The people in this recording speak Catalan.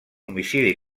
homicidi